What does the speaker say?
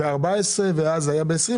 14 אז זה היה ב-20,